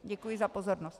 Děkuji za pozornost.